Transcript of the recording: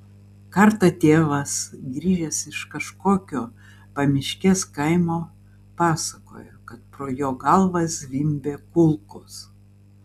kartą tėvas grįžęs iš kažkokio pamiškės kaimo pasakojo kad pro jo galvą zvimbė kulkos